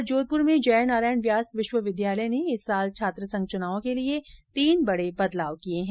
इधर जोधपुर में जयनारायण व्यास विश्वविद्यालय ने इस साल छात्रसंघ चुनाव के लिए तीन बड़े बदलाव किए हैं